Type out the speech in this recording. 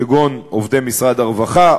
כגון עובדי משרד הרווחה,